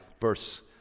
verse